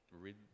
read